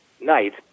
night